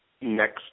next